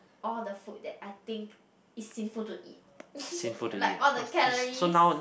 all the food that I think is sinful to eat like all the calories